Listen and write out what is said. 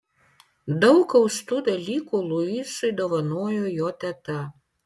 daug austų dalykų luisui dovanojo jo teta